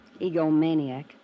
Egomaniac